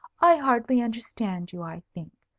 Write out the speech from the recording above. i hardly understand you, i think.